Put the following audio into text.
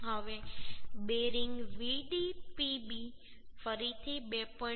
હવે bearing Vdpb ફરીથી 2